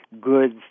goods